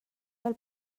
del